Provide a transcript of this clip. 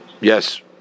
Yes